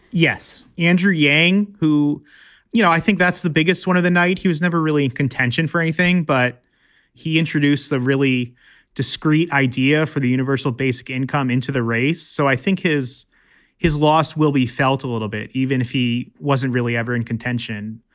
yes. andrew yang, who you know, i think that's the biggest one of the night. he was never really in contention for anything, but he introduced the really discreet idea for the universal basic income into the race. so i think his his loss will be felt a little bit, even if he wasn't really ever in contention.